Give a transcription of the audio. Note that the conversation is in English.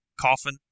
coffin